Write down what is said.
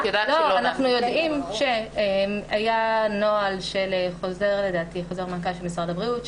אנחנו יודעים שהיה נוהל של חוזר מנכ"ל משרד הבריאות,